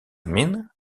min